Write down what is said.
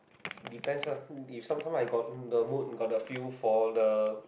depends ah if sometimes I got the mood got the feel for the